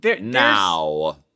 Now